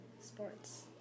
sports